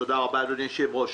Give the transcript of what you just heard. תודה רבה, אדוני היושב-ראש.